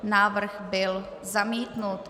Návrh byl zamítnut.